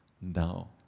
Now